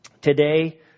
Today